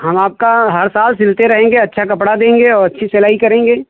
हम आपका हर साल सिलते रहेंगे अच्छा कपड़ा देंगे और अच्छी सिलाई करेंगे